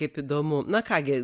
kaip įdomu na ką gi